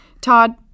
Todd